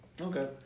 okay